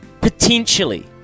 potentially